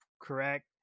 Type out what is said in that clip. correct